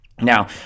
Now